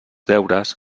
deures